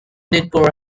decor